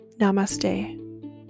Namaste